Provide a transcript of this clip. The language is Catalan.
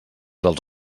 dels